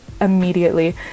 immediately